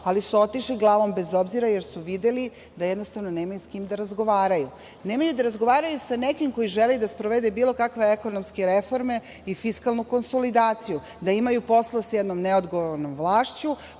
ali su otišli glavom bez obzira, jer su videli da jednostavno nemaju s kim da razgovaraju. Nemaju da razgovaraju sa nekim ko želi da sprovede bilo kakve ekonomske reforme i fiskalnu konsolidaciju, da imaju posla s jednom neodgovornom vlašću